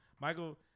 Michael